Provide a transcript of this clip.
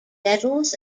medals